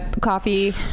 coffee